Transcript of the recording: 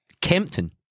Kempton